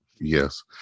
Yes